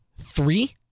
three